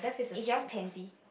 is your expensive